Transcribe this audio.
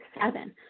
Seven